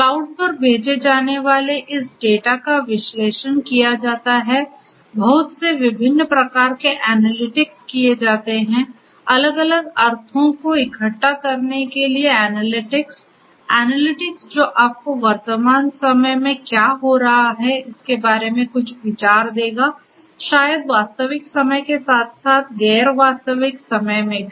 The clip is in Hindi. क्लाउड पर भेजे जाने वाले इस डेटा का विश्लेषण किया जाता है बहुत से विभिन्न प्रकार के एनालिटिक्स किए जाते हैं अलग अलग अर्थों को इकट्ठा करने के लिए एनालिटिक्स एनालिटिक्स जो आपको वर्तमान समय में क्या हो रहा है इसके बारे में कुछ विचार देगा शायद वास्तविक समय के साथ साथ गैर वास्तविक समय में भी